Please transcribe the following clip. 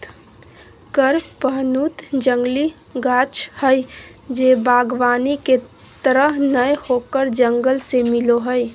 कडपहनुत जंगली गाछ हइ जे वागबानी के तरह नय होकर जंगल से मिलो हइ